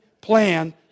plan